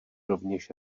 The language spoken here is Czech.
rovněž